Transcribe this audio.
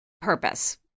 purpose